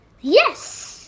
Yes